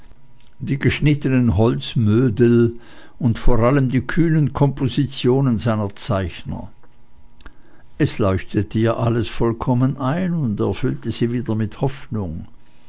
die geschnittenen holzmödel und vor allem die kühnen kompositionen seiner zeichner es leuchtete ihr alles vollkommen ein und erfüllte sie wieder mit hoffnung